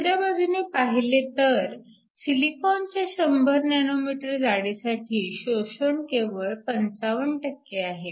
दुसऱ्या बाजूला पाहिले तर सिलिकॉनच्या 100 nm जाडीसाठी शोषण केवळ 55 आहे